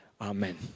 amen